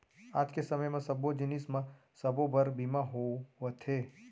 आज के समे म सब्बो जिनिस म सबो बर बीमा होवथे